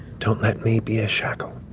don't let me be a shackle.